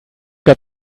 got